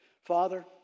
Father